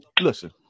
listen